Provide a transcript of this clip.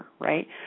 right